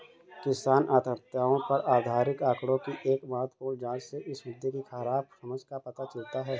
किसान आत्महत्याओं पर आधिकारिक आंकड़ों की एक महत्वपूर्ण जांच से इस मुद्दे की खराब समझ का पता चलता है